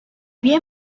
había